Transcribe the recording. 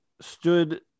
stood